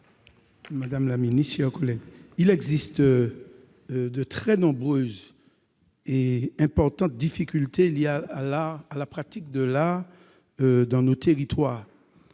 Maurice Antiste. Il existe de très nombreuses et importantes difficultés liées à la pratique de l'art dans nos territoires,